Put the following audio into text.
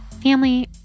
family